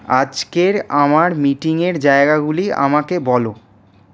আজকের আমার মিটিংয়ের জায়গাগুলি আমাকে বলো